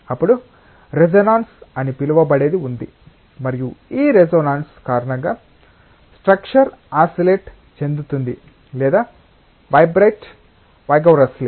అప్పుడు రెసోనాన్స్ అని పిలువబడేది ఉంది మరియు ఈ రెసోనాన్సు కారణంగా స్ట్రక్చర్ ఆసిలేటే చెందుతుంది లేదా వైబ్రేట్ వైగోరౌస్లీ